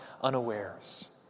unawares